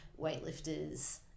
weightlifters